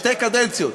שתי קדנציות.